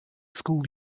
school